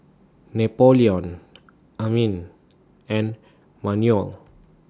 Napoleon Amin and Manuel